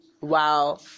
wow